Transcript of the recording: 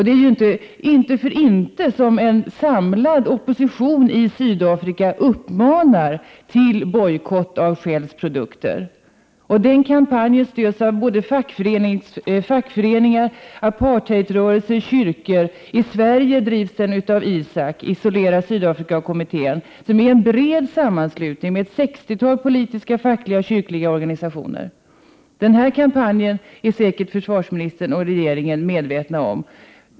Det är inte för inte som en samlad opposition i Sydafrika uppmanar till bojkott av Shells produkter. Den kampanjen stöds av fackföreningar, apartheidrörelser och kyrkor. I Sverige drivs den av ISAK, Isolera Sydafrikakommittén, som är en bred samling med ett 60-tal politiska, fackliga och kyrkliga organisationer. Den kampanjen är säkert försvarsministern och regeringen medvetna om.